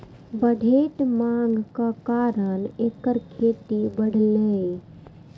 बढ़ैत मांगक कारण एकर खेती बढ़लैए